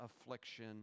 affliction